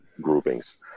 groupings